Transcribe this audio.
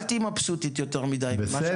אל תהיי מבסוטית יותר מדי ממה שאת עושה.